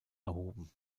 erhoben